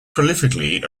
prolifically